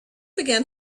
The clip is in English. began